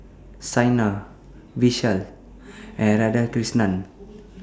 Saina Vishal and Radhakrishnan